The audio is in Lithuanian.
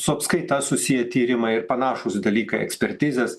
su apskaita susiję tyrimai ir panašūs dalykai ekspertizės